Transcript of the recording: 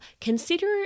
consider